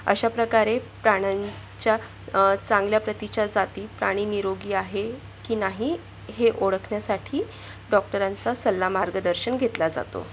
अश्याप्रकारे प्राण्यांच्या चांगल्या प्रतीच्या जाती प्राणी निरोगी आहे की नाही हे ओळखण्यासाठी डॉक्टरांचा सल्ला मार्गदर्शन घेतला जातो